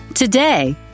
Today